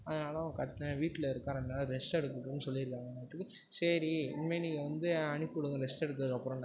அதனாலே அவன் கட் வீட்டில் இருக்கான் ரெண்டு நாள் ரெஸ்ட் எடுக்கட்டும்னு சொல்லியிருக்காங்கன்னதுக்கு சரி இனிமேல் நீங்கள் வந்து அனுப்பி விடுங்க ரெஸ்ட் எடுத்ததுக்கப்புறோம்ன்னாங்க